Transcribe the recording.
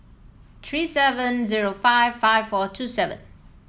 three seven zero five five four two seven